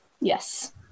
Yes